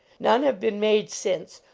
none have been made since,